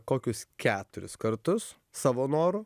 kokius keturis kartus savo noru